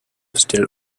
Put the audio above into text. still